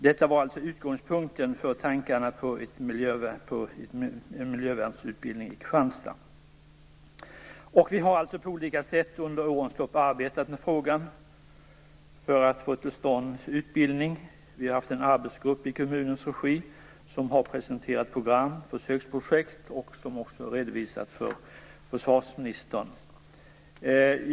Detta var utgångspunkten för tankarna om en miljövärnsutbildning i Kristianstad. Vi har arbetat med frågan på olika sätt under årens lopp för att få till stånd en utbildning. Vi har haft en arbetsgrupp i kommunens regi som har presenterat program, försöksprojekt, som också har redovisats för försvarsministern.